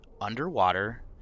Underwater